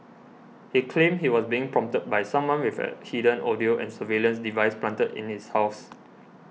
he claimed he was being prompted by someone with a hidden audio and surveillance device planted in his house